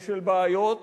ושל בעיות